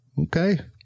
Okay